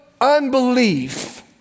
unbelief